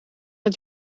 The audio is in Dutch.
het